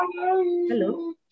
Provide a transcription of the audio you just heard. Hello